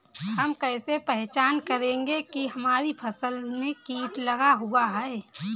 हम कैसे पहचान करेंगे की हमारी फसल में कीट लगा हुआ है?